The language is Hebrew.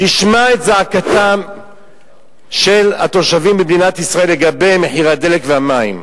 תשמע את זעקתם של התושבים במדינת ישראל לגבי מחיר הדלק והמים.